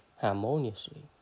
harmoniously